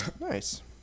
Nice